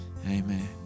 Amen